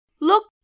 Look